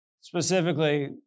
specifically